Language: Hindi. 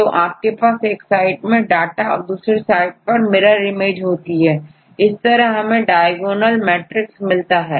तो आपके पास एक साइड में डाटा और दूसरा डाटा उसकी मिरर इमेज होती है इस तरह हमें diagonal matrix मिलता है